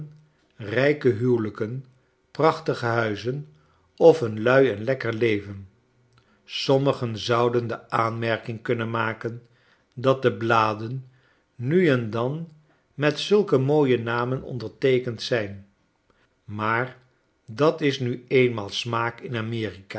rijke huwelijken prachtige huizen of een lui en lekker leven sommigen zouden de aanmerkingkunnenmaken dat de bladen nu en dan met zulke mooie namen onderteekend zijn maar dat is nu eenmaal smaak in